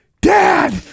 Dad